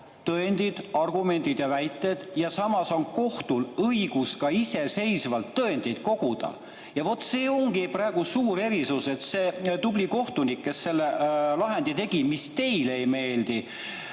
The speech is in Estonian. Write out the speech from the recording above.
tõendid, argumendid ja väited ning lisaks sellele on kohtul õigus ka iseseisvalt tõendeid koguda. Vaat see ongi praegu suur erisus, et see tubli kohtunik, kes tegi lahendi, mis teile ei meeldi,